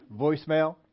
voicemail